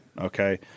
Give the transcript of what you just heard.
okay